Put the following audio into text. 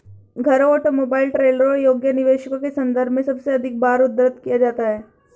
घरों, ऑटोमोबाइल, ट्रेलरों योग्य निवेशों के संदर्भ में सबसे अधिक बार उद्धृत किया जाता है